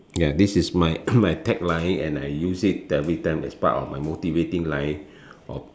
ya this is my my tagline and I use it every time as part of my motivating line of